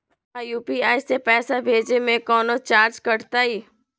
का यू.पी.आई से पैसा भेजे में कौनो चार्ज कटतई?